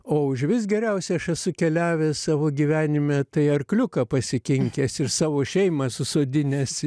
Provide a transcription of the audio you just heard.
o užvis geriausia aš esu keliavęs savo gyvenime tai arkliuką pasikinkęs ir savo šeimą susodinęs